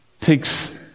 takes